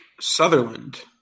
Sutherland